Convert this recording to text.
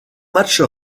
matchs